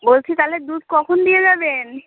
বলছি তাহলে দুধ কখন দিয়ে যাবেন